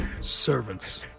servants